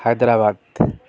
Hyderabad